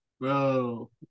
bro